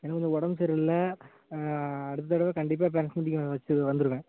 எனக்கு கொஞ்சம் உடம்பு சரியில்ல அடுத்த தடவை கண்டிப்பாக பேரன்ட்ஸ் நான் வச்சு வந்திடுவேன்